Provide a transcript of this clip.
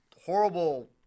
horrible